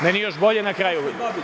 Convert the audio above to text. Meni još bolje na kraju.